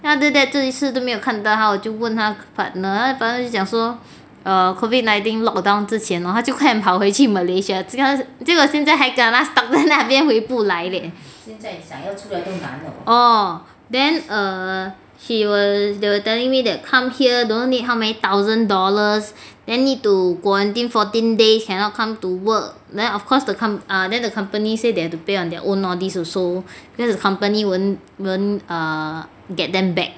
then after that 这一次都没有看到他我就问他 partner but 他 partner 就讲说 err COVID nineteen lock down 之前 hor 他就快点跑回去 malaysia 结果他结果他还 kena stuck 在那边回不来 leh orh then err he was telling me that come here don't know need how many thousand dollars then need to quarantine fourteen days cannot come to work then of course the comp~ ah then the company said they have to pay on their own all these also then the company won't won't err get them back